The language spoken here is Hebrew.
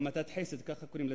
לך.